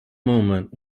moment